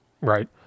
right